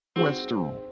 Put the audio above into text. Western